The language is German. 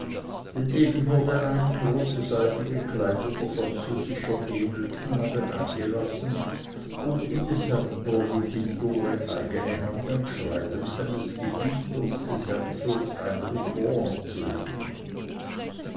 denn eben wurde ein in rote seide gekleideter französischer edelknabe eingelassen um in des herrn provveditore eigene hand ein schreiben seines gebieters des herzogs heinrich rohan zu legen